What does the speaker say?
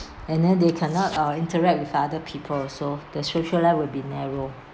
and then they cannot uh interact with other people so the social life will be narrow